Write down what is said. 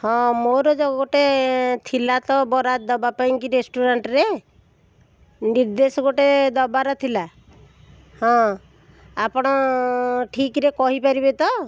ହଁ ମୋର ଯେଉଁ ଗୋଟେ ଥିଲା ତ ବରାଦ ଦେବା ପାଇଁକି ରେଷ୍ଟୁରାଣ୍ଟରେ ନିର୍ଦ୍ଦେଶ ଗୋଟେ ଦେବାର ଥିଲା ହଁ ଆପଣ ଠିକରେ କହିପାରିବେ ତ